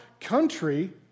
country